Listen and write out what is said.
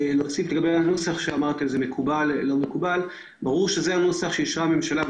הנוסח שאנחנו מגישים לפניכם בבקשה לאישור הוא הנוסח שאישרה הממשלה,